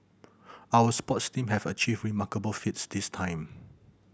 our sports team have achieved remarkable feats this time